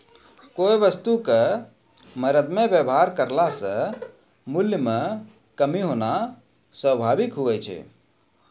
कोय वस्तु क मरदमे वेवहार करला से मूल्य म कमी होना स्वाभाविक हुवै छै